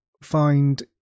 find